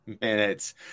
minutes